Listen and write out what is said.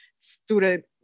student